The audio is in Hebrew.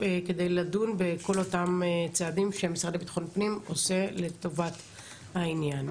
כדי לדון בכל אותם צעדים שהמשרד לביטחון פנים עושה לטובת העניין.